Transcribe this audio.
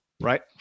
right